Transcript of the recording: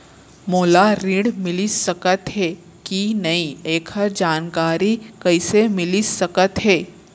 मोला ऋण मिलिस सकत हे कि नई एखर जानकारी कइसे मिलिस सकत हे?